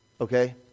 Okay